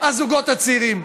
הזוגות הצעירים.